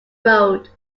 road